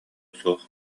суох